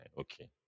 Okay